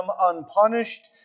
unpunished